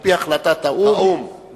על-פי החלטת האו"ם,